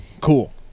cool